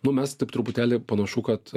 nu mes taip truputėlį panašu kad